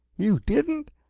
you didn't?